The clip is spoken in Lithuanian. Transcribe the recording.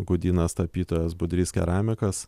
gudynas tapytojas budrys keramikas